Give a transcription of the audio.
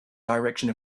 direction